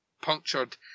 punctured